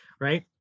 right